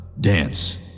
dance